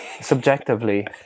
subjectively